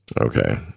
Okay